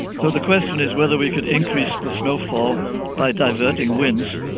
so the question is whether we could increase the snowfall by diverting winds.